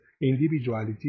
individuality